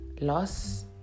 loss